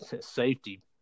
safety